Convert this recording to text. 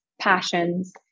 passions